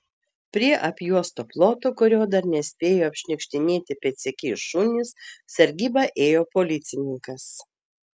prie apjuosto ploto kurio dar nespėjo apšniukštinėti pėdsekiai šunys sargybą ėjo policininkas